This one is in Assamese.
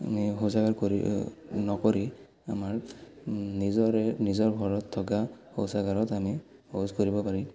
আমি শৌচাগাৰ কৰি নকৰি আমাৰ নিজৰে নিজৰ ঘৰত থকা শৌচাগাৰত আমি শৌচ কৰিব পাৰিম